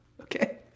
Okay